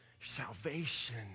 salvation